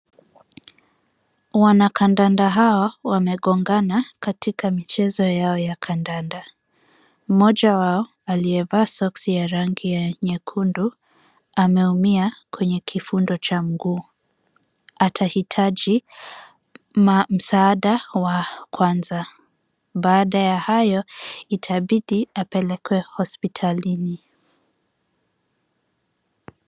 Wanakandanda hawa wamegongana katika michezo ya kandanda. Mmoja wao aliyevaa soksi ya rangi ya nyekundu ameumia kwenye kifundo cha mguu. Atahitaji msaada wa kwanza. Baada ya hayo itabidi apelekwe hospitalini.